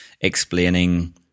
explaining